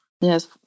Yes